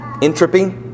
Entropy